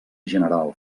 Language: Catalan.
general